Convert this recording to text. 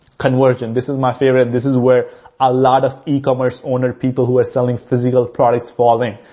conversion, this is my favorite. this is where a lot of ecommerce owners, people who are selling physical products fall in.